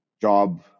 job